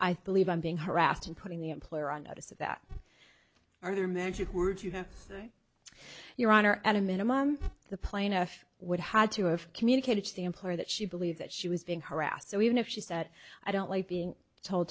leave i'm being harassed and putting the employer on notice of that are there magic words you have your honor at a minimum the plaintiff would had to have communicated to the employer that she believed that she was being harassed so even if she said i don't like being told